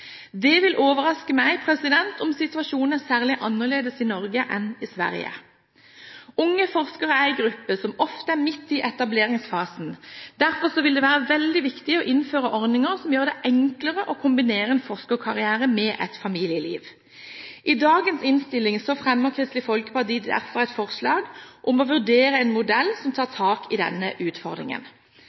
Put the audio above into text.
Det vil overraske meg om situasjonen er særlig annerledes i Norge enn i Sverige. Unge forskere er en gruppe som ofte er midt i etableringsfasen. Derfor vil det være veldig viktig å innføre ordninger som gjør det enklere å kombinere en forskerkarriere med et familieliv. I dagens innstilling fremmer Kristelig Folkeparti derfor et forslag om å vurdere en modell som tar tak i denne utfordringen.